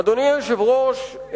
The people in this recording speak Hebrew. אדוני היושב-ראש,